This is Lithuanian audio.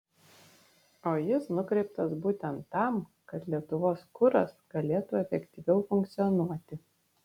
o jis nukreiptas būtent tam kad lietuvos kuras galėtų efektyviau funkcionuoti